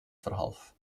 verhalf